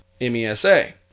M-E-S-A